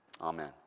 Amen